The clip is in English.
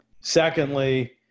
Secondly